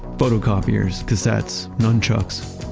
photocopiers, cassettes, nunchucks.